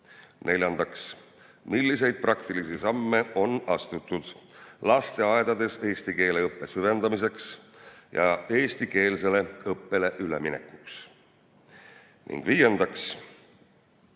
Neljandaks, milliseid praktilisi samme on astutud lasteaedades eesti keele õppe süvendamiseks ja eestikeelsele õppele üleminekuks? Ning viies